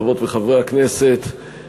חברות וחברי הכנסת,